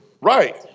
right